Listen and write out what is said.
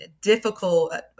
difficult